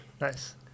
Nice